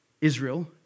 Israel